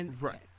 Right